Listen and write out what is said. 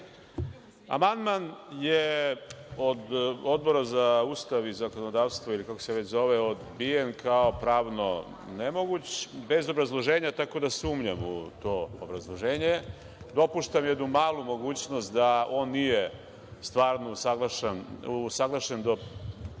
minuta. Amandman je od Odbora za Ustav i zakonodavstvo, ili kako se već zove, odbijen kao pravno nemoguć bez obrazloženja, tako da sumnjam u to obrazloženje. Dopuštam jednu malu mogućnost da on nije stvarno usaglašen do